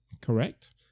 correct